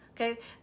Okay